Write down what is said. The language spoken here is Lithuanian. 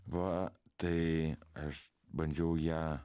va tai aš bandžiau ją